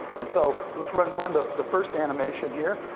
and so, let's run run the the first animation here.